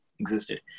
existed